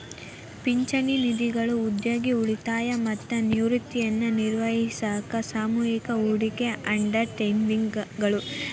ಪಿಂಚಣಿ ನಿಧಿಗಳು ಉದ್ಯೋಗಿ ಉಳಿತಾಯ ಮತ್ತ ನಿವೃತ್ತಿಯನ್ನ ನಿರ್ವಹಿಸಾಕ ಸಾಮೂಹಿಕ ಹೂಡಿಕೆ ಅಂಡರ್ ಟೇಕಿಂಗ್ ಗಳು